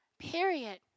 period